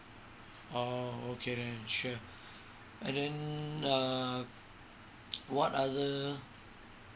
oh okay then sure and then err what are other